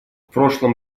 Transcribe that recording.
прошлом